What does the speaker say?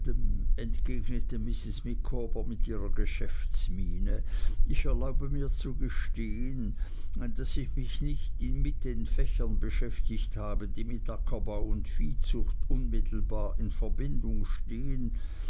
entgegnete mrs micawber mit ihrer geschäftsmiene ich erlaube mir zu gestehen daß ich mich nicht mit den fächern beschäftigt habe die mit ackerbau und viehzucht unmittelbar in verbindung stehen